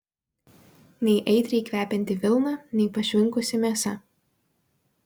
nei aitriai kvepianti vilna nei pašvinkusi mėsa